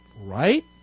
Right